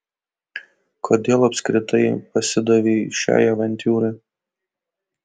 kodėl apskritai pasidavei šiai avantiūrai